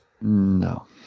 No